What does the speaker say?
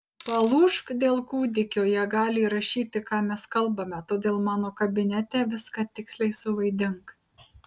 palūžk dėl kūdikio jie gali įrašyti ką mes kalbame todėl mano kabinete viską tiksliai suvaidink